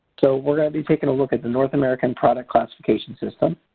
so we're going to be taking a look at the north american product classification system.